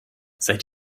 seid